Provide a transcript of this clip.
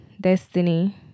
Destiny